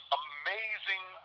amazing